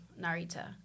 Narita